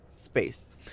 Space